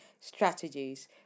strategies